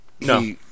no